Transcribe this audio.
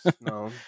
no